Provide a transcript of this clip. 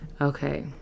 Okay